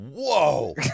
Whoa